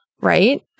right